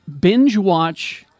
binge-watch